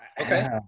Okay